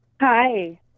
Hi